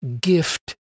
gift